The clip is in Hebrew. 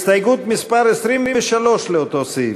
הסתייגות מס' 23 לאותו סעיף.